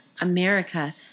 America